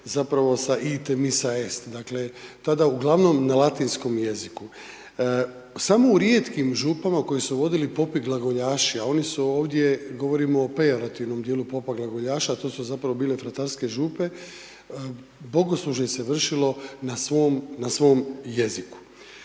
govori latinski./… dakle tada uglavnom na latinskom jeziku. Samo u rijetkim župama koje su vodili popi glagoljaši a oni su ovdje, govorimo o pejorativnom djelu popa glagoljaša a to su zapravo bile fratarske župe, bogoslužje se vršilo na svom jeziku.